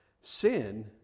Sin